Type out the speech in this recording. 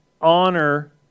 honor